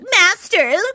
master